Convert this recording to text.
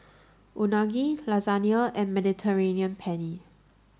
Unagi Lasagne and Mediterranean Penne